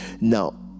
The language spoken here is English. Now